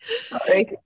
Sorry